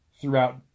throughout